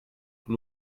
tous